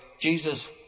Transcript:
Jesus